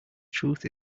truth